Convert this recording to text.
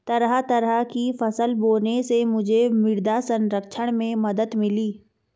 तरह तरह की फसल बोने से मुझे मृदा संरक्षण में मदद मिली